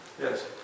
Yes